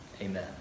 Amen